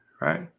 right